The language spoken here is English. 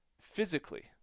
physically